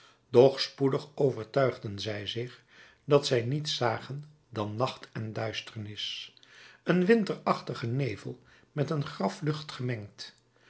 doch spoedig overtuigden zij zich dat zij niets zagen dan nacht en duisternis een winterachtigen nevel met een graflucht gemengd